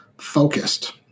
focused